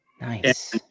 Nice